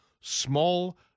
small